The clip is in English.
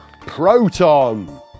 Proton